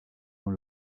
dans